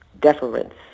deference